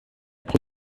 pro